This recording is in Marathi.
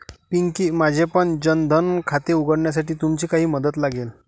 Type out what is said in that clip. पिंकी, माझेपण जन धन खाते उघडण्यासाठी तुमची काही मदत लागेल